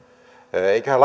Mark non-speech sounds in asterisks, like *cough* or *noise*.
eiköhän *unintelligible*